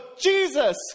Jesus